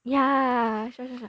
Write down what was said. yah sure sure sure